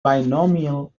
binomial